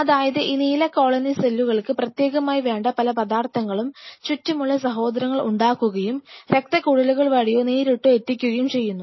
അതായത് ഈ നീല കോളനി സെല്ലുകൾക്ക് പ്രത്യേകമായി വേണ്ട പല പദാർഥങ്ങളും ചുറ്റുമുളള സഹോദരങ്ങൾ ഉണ്ടാക്കുകയും രക്തക്കുഴലുകൾ വഴിയോ നേരിട്ടോ എത്തിക്കുകയും ചെയ്യുന്നു